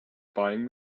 buying